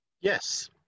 Yes